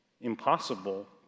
impossible